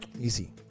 Easy